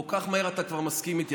כל כך מהר אתה כבר מסכים איתי.